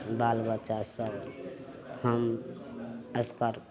बाल बच्चासब हम तत्पर